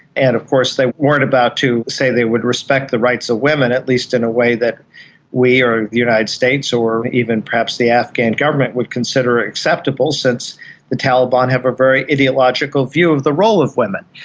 and of course they weren't about to say they would respect the rights of women, at least in a way that we or the united states or even perhaps the afghan government would consider acceptable since the taliban have a very ideological view of the role of women.